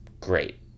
great